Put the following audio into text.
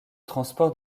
transport